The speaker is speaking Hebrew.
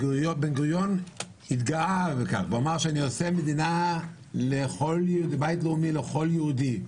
גוריון התגאה בו ואמר: אני מקים בית לאומי לכל יהודי,